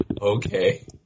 Okay